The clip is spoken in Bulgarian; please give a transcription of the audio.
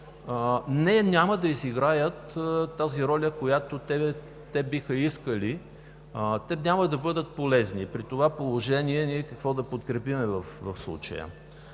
няма да изиграят тази роля, която те биха искали, че няма да бъдат полезни. При това положение ние какво да подкрепим в случая?